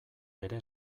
bere